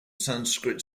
sanskrit